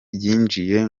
byinjiye